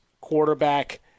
quarterback